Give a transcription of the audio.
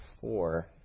four